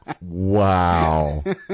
Wow